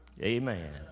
Amen